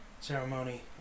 ceremony